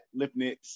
Lipnitz